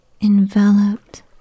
enveloped